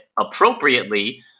appropriately